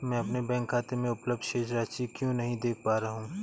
मैं अपने बैंक खाते में उपलब्ध शेष राशि क्यो नहीं देख पा रहा हूँ?